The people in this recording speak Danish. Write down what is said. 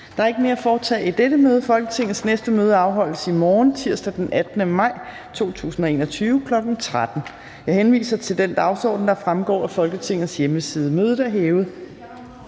Der er ikke mere at foretage i dette møde. Folketingets næste møde afholdes i morgen, tirsdag den 18. maj 2021, kl. 13.00. Jeg henviser til den dagsorden, der fremgår af Folketingets hjemmeside. Mødet er hævet.